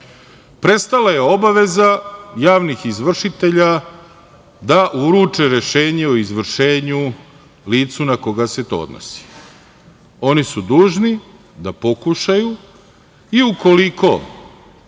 Prestala je obaveza javnih izvršitelja da uruče rešenje o izvršenju licu na koga se to odnosi. Oni su dužni da pokušaju i ukoliko